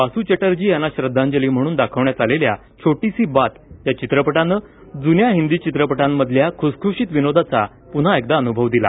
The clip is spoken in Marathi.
बासू चटर्जी यांना श्रद्वांजली म्हणून दाखवण्यात आलेल्या छोटी सी बात या चित्रपटानं जुन्या हिंदी चित्रपटांतल्या खुसखुशीत विनोदाचा पुन्हा एकदा अनुभव दिला